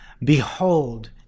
behold